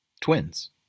Twins